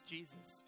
Jesus